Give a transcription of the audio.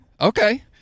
Okay